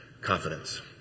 confidence